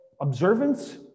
observance